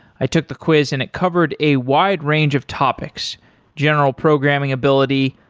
i took the quiz and it covered a wide range of topics general programming ability,